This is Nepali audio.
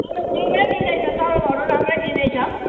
तलब त राम्रै दिँदैछ तलबहरू राम्रै दिँदैछ